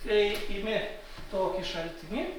kai imi tokį šaltinį